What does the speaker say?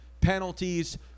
Penalties